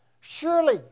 Surely